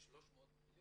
300 מיליון?